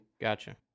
Gotcha